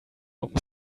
open